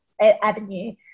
avenue